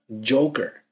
Joker